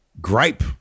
gripe